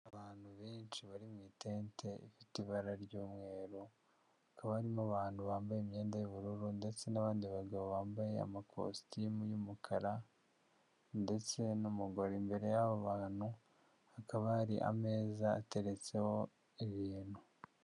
Abantu benshi bari mu itente ifite ibara ry'umweru akabamo abantu bambaye imyenda y'ubururu ndetse n'abandi bagabo bambaye amakositimu y'umukara ndetse n'umugore imbere y'abantu hakaba hari ameza ateretseho ibintu.